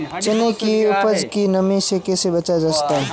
चने की उपज को नमी से कैसे बचाया जा सकता है?